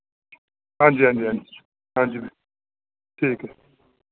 हां जी हां जी हां जी हां जी ठीक ऐ